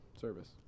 service